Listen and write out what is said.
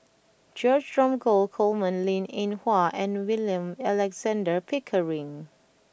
George Dromgold Coleman Linn In Hua and William Alexander Pickering